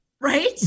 Right